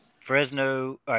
Fresno